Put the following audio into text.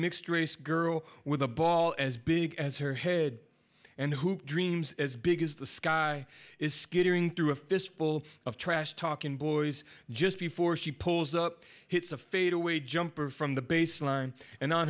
mixed race girl with a ball as big as her head and hoop dreams as big as the sky is skittering through a fistful of trash talking boys just before she pulls up hits a fade away jumper from the baseline and on